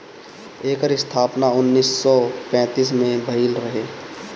एकर स्थापना उन्नीस सौ पैंतीस में भइल रहे